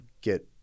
get